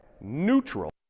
neutral